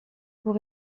pour